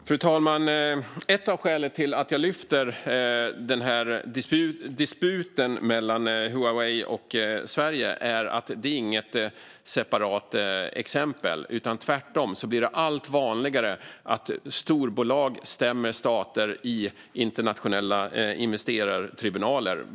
Fru talman! Ett av skälen till att jag tar upp dispyten mellan Huwaei och Sverige är att det inte är ett separat exempel. Tvärtom blir det allt vanligare att storbolag stämmer stater i internationella investerartribunaler.